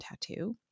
Tattoo